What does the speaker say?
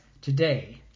today